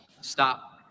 Stop